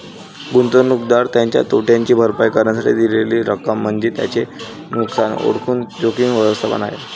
गुंतवणूकदार त्याच्या तोट्याची भरपाई करण्यासाठी दिलेली रक्कम म्हणजे त्याचे नुकसान ओळखून जोखीम व्यवस्थापन आहे